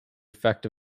effect